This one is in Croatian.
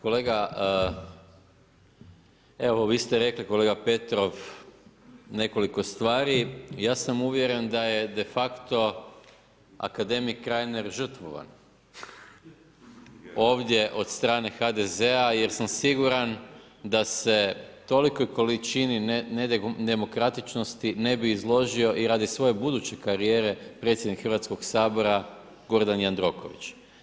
Kolega, evo vi ste rekli kolega Petrov, nekoliko stvari, ja sam uvjeren da je de facto akademik Reiner žrtvovan ovdje od strane HDZ-a jer sam siguran da se tolikoj količini nedemokratičnosti ne bi izložio i radi svoje buduće karijere predsjednik Hrvatskog sabora Gordan Jandroković.